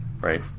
Right